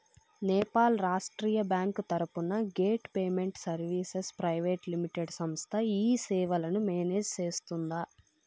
Nepal Rashtriya bank తరపున gate payment services private limited సంస్థ ఈ సేవలను మేనేజ్ సేస్తుందా?